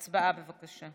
הצבעה, בבקשה.